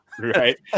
Right